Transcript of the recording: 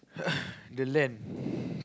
the land